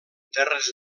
terres